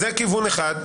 זה כיוון אחד.